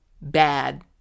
bad